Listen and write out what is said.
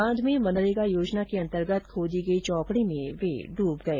बांध में मनरेगा योजना के अंतर्गत खोदी गई चौकड़ी में वे डूब गए